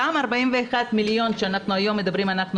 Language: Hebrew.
אותם 41 מיליון שהיום אנחנו מדברים עליהם